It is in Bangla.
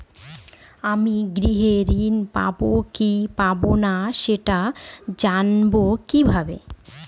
আমি গৃহ ঋণ পাবো কি পাবো না সেটা জানবো কিভাবে?